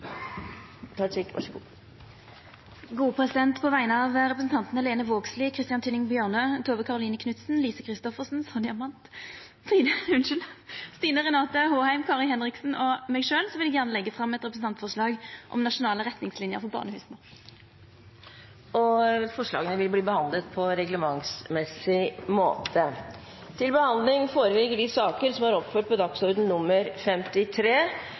På vegner av stortingsrepresentantane Lene Vågslid, Christian Tynning Bjørnø, Tove Karoline Knutsen, Lise Christoffersen, Sonja Mandt, Stine Renate Håheim, Kari Henriksen og meg sjølv vil eg gjerne leggja fram eit representantforslag om nasjonale retningslinjer for barnehusa. Forslagene vil bli behandlet på reglementsmessig måte. Etter ønske fra næringskomiteen vil presidenten foreslå at taletiden blir begrenset til